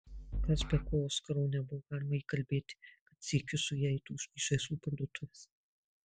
kas be ko oskaro nebuvo galima įkalbėti kad sykiu su ja eitų į žaislų parduotuves